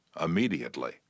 immediately